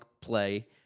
play